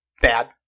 bad